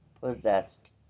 possessed